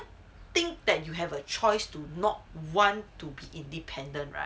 think that you have a choice to not want to be independent right